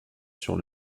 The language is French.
sur